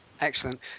excellent